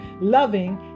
loving